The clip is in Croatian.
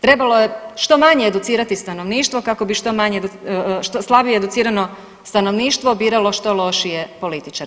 Trebalo je što manje educirati stanovništvo kako bi što manje, slabije educirano stanovništvo biralo što lošije političare.